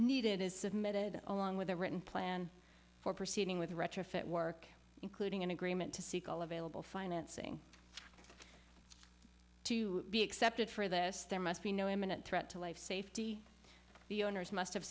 needed is submitted along with a written plan for proceeding with the retrofit work including an agreement to seek all available financing to be accepted for this there must be no imminent threat to life safety the owners must have